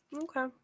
okay